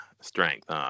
strength